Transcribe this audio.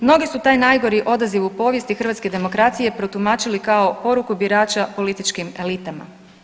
Mnogi su taj najgori odaziv u povijesti hrvatske demokracije protumačili kao poruku birača političkim elitama.